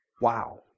wow